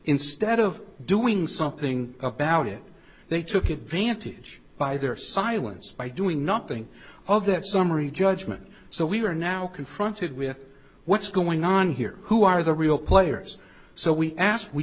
instead of doing something about it they took advantage by their silence by doing nothing of that summary judgment so we are now confronted with what's going on here who are the real players so we